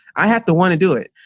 i have to want to do it.